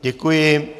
Děkuji.